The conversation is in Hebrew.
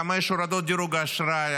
חמש הורדות דירוג האשראי,